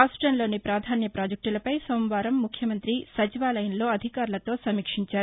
రాష్టంలోని ప్రాధాన్య ప్రాజెక్లులపై సోమవారం ముఖ్యమంత్రి సచివాలయంలో అధికారులతో సమీక్షించారు